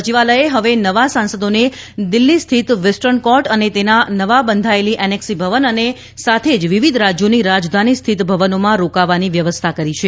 સચિવાલયે હવે નવા સાંસદોને દિલ્હી સ્થિત વેસ્ટર્ન કોર્ટ અને તેના નવા બંધાયેલી એનેક્સી ભવન અને સાથે જ વિવિધ રાજ્યોની રાજધાની સ્થિત ભવનોમાં રોકવાની વ્યવસ્થા કરી છે